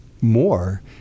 more